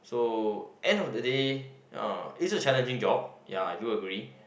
so end of the day uh is a challenging job ya I do agree